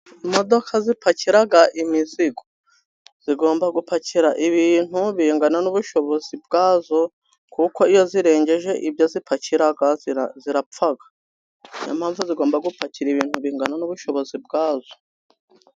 Imodoka zipakira imizigo zigomba gupakira ibintu bingana n'ubushobozi bwazo, kuko iyo zirengeje ibyo zipakira zirapfa. Niyo mpamvu zigomba gupakira ibintu bingana n'ubushobozi bwazo.